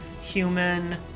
human